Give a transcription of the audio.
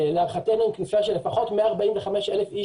כאשר להערכתנו לפחות 145,000 אנשים